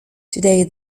today